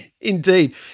Indeed